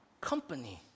Company